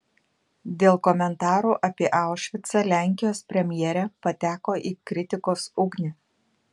dėl komentarų apie aušvicą lenkijos premjerė pateko į kritikos ugnį